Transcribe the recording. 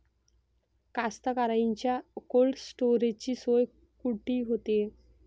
कास्तकाराइच्या कोल्ड स्टोरेजची सोय कुटी होते?